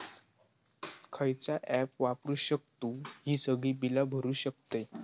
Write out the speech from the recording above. खयचा ऍप वापरू शकतू ही सगळी बीला भरु शकतय?